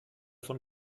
von